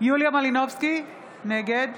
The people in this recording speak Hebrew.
יוליה מלינובסקי, נגד